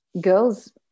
girls